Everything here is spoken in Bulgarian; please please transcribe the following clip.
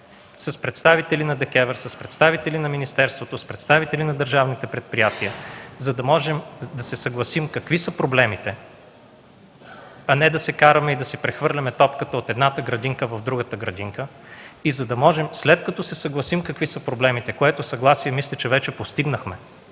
с представители на ДКЕВР, на министерството, на държавните предприятия, за да можем да се съгласим какви са проблемите, а не да се караме и да си прехвърляме топката от едната в другата градинка. За да можем, след като се съгласим какви са проблемите, което съгласие мисля, че вече постигнахме,